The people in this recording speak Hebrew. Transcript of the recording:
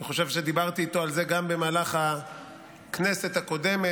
אני חושב שדיברתי איתו על זה גם במהלך הכנסת הקודמת,